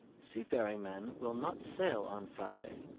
seafaring men will not sail on friday.